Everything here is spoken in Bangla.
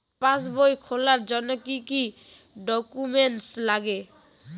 পাসবই খোলার জন্য কি কি ডকুমেন্টস লাগে?